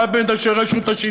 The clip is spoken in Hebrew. פעם ברשות השידור,